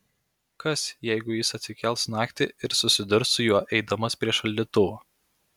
kas jeigu jis atsikels naktį ir susidurs su juo eidamas prie šaldytuvo